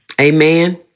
Amen